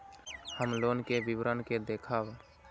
हम लोन के विवरण के देखब?